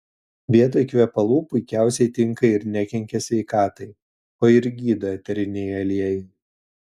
vietoj kvepalų puikiausiai tinka ir nekenkia sveikatai o ir gydo eteriniai aliejai